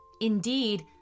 Indeed